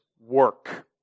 work